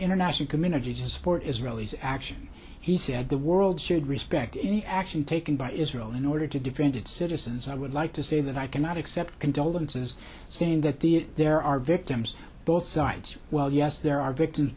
international community to support israeli's action he said the world should respect any action taken by israel in order to defend its citizens i would like to say that i cannot accept condolences saying that the there are victims both sides well yes there are victims